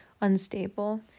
unstable